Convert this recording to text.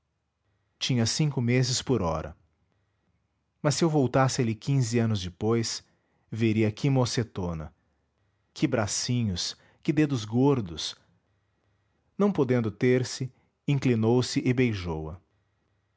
tinha cinco meses por ora mas se eu voltasse ali quinze anos depois veria que mocetona que bracinhos que dedos gordos não podendo ter-se inclinou-se e beijou-a